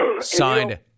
Signed